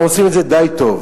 והם עושים את זה די טוב